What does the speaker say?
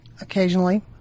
Occasionally